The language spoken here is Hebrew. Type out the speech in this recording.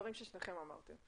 הדברים שאמרתם שניכם.